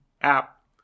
app